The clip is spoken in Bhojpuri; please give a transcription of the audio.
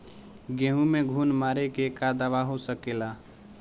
गेहूँ में घुन मारे के का दवा हो सकेला?